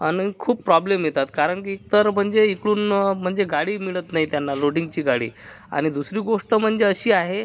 आणि खूप प्रॉब्लेम येतात कारण की तर म्हणजे इकडून म्हणजे गाडी मिळत नाही त्यांना लोडिंगची गाडी आणि दुसरी गोष्ट म्हणजे अशी आहे